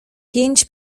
pięć